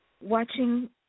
watching